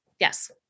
Yes